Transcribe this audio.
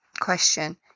Question